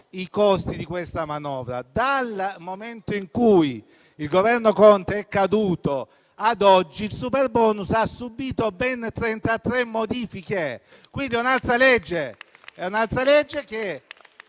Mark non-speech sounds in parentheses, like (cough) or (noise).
i costi di questa manovra. Dal momento in cui il Governo Conte è caduto ad oggi, il superbonus ha subito ben 33 modifiche. (applause) Quindi, è un'altra legge: